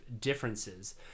differences